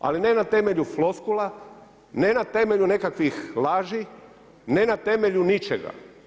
Ali ne na temelju floskula, ne na temelju nekakvih laži, ne na temelju ničega.